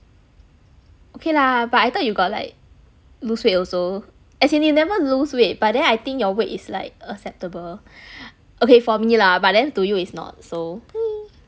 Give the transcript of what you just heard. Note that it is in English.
okay lah but I thought you got like lose weight also as in you never lose weight but then I think your weight is like acceptable okay for me lah but then to you it's not so